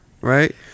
right